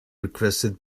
requested